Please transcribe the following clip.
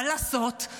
מה לעשות?